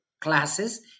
classes